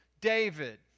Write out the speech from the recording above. David